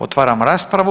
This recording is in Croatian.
Otvaram raspravu.